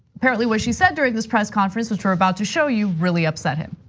apparently what she said during this press conference, which we're about to show you really upset him.